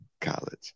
college